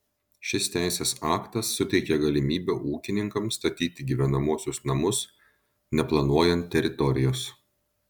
šis teisės aktas suteikia galimybę ūkininkams statyti gyvenamuosius namus neplanuojant teritorijos